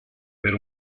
per